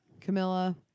camilla